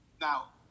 Now